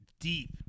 Deep